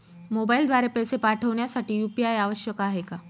मोबाईलद्वारे पैसे पाठवण्यासाठी यू.पी.आय आवश्यक आहे का?